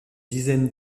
dizaine